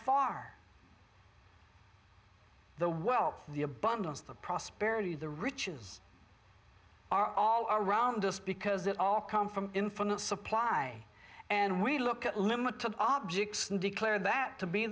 far the wealth the abundance the prosperity the riches are all around us because it all come from infinite supply and we look at limited objects and declare that to be